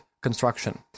construction